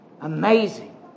Amazing